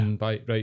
right